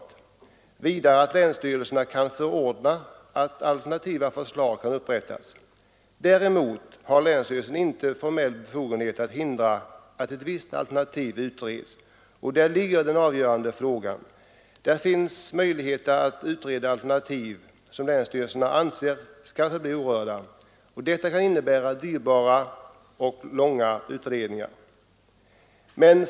Det betonas också att länsstyrelserna kan förordna att alternativa förslag upprättas. Däremot har länsstyrelsen inte formell befogenhet att hindra att ett visst alternativ utreds. Där ligger den avgörande frågan. Det finns möjligheter att utreda alternativ som länsstyrelserna anser icke skall förverkligas. Detta kan innebära dyrbara och långa utredningar.